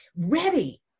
ready